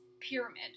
pyramid